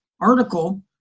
article